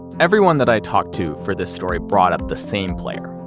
everyone that i talked to for this story brought up the same player,